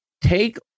take